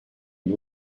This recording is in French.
une